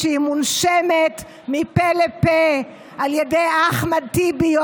כשהיא מונשמת מפה לפה על ידי אחמד טיבי,